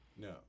No